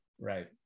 right